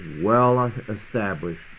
well-established